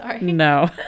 No